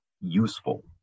Useful